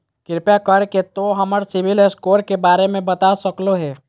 कृपया कर के तों हमर सिबिल स्कोर के बारे में बता सकलो हें?